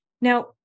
Now